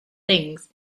things